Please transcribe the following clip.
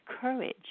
courage